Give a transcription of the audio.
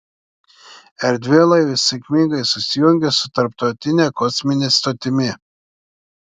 erdvėlaivis sėkmingai susijungė su tarptautine kosmine stotimi